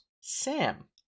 sam